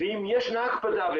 ואם ישנה הקפדה,